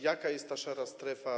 Jaka jest ta szara strefa?